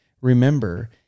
Remember